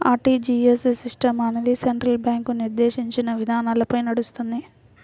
RTGS system అనేది central bank నిర్దేశించిన విధానాలపై నడుస్తుంది